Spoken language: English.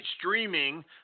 streaming